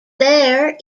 there